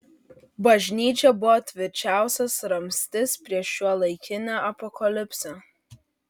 bažnyčia buvo tvirčiausias ramstis prieš šiuolaikinę apokalipsę